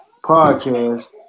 podcast